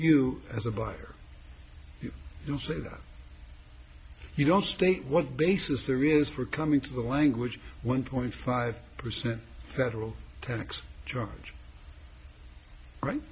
you as a buyer you will see that you don't state what basis there is for coming to the language one point five percent federal tax charge right